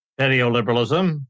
neoliberalism